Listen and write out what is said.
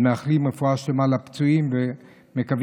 אז מאחלים רפואה שלמה לפצועים ומקווים,